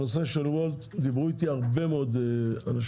על הנושא של וולט דיברו איתי הרבה מאוד אנשים,